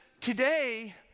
Today